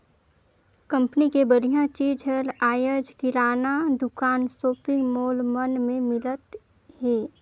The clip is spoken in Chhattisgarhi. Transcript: कंपनी के बड़िहा चीज हर आयज किराना दुकान, सॉपिंग मॉल मन में मिलत हे